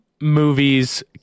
movies